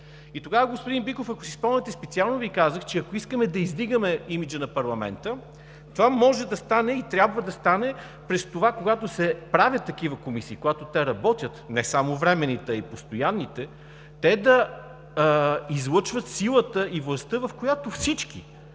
И тогава, господин Биков, ако си спомняте, специално Ви казах, че ако искаме да издигаме имиджа на парламента, това може да стане и трябва да стане през това, когато се правят такива комисии, когато те работят – не само временните, а и постоянните, те да излъчват силата и властта, в която всички,